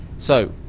so,